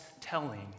telling